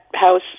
house